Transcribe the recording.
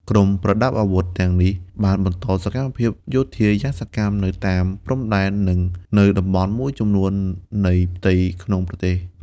ក្រុមប្រដាប់អាវុធទាំងនេះបានបន្តសកម្មភាពយោធាយ៉ាងសកម្មនៅតាមព្រំដែន និងនៅតំបន់មួយចំនួននៃផ្ទៃក្នុងប្រទេស។